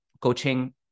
coaching